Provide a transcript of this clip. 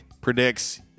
predicts